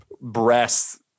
breasts